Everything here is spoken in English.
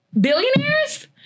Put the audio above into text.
billionaires